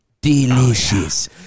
Delicious